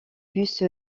bus